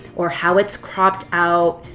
or how it's cropped out,